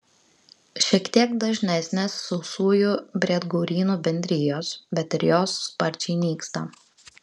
šiek tiek dažnesnės sausųjų briedgaurynų bendrijos bet ir jos sparčiai nyksta